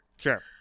Sure